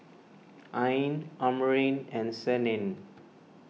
Ain Amrin and Senin